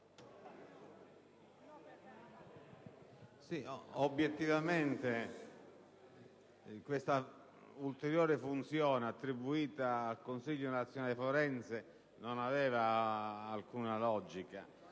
obiettivamente questa ulteriore funzione attribuita al Consiglio nazionale forense non aveva alcuna logica.